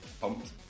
Pumped